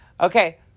Okay